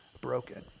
broken